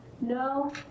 No